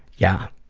yeah.